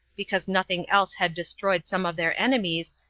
because nothing else had destroyed some of their enemies,